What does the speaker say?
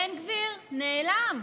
בן גביר נעלם.